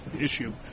issue